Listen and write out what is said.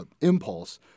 impulse